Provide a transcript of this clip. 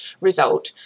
result